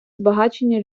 збагачення